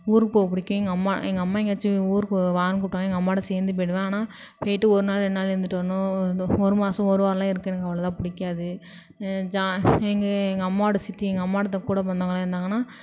ஊருக்கு போக பிடிக்கும் எங்கள் அம்மா எங்கள் அம்மா எங்கேயாச்சும் ஊருக்கு வான்னு கூப்பிட்டாங்கன்னா எங்கள் அம்மாவோடு சேர்ந்து போயிடுவேன் ஆனால் போயிட்டு ஒருநாள் ரெண்டு நாள் இருந்துட்டு வரணும் இந்த ஒரு மாசம் ஒரு வாரல்லாம் இருக்க எனக்கு அவளவா பிடிக்காது ஜா எங்கள் எங்கள் அம்மாவோடய சித்தி எங்கள் அம்மாவோடய த கூட பிறந்தவங்கள்லாம் இருந்தாங்கன்னா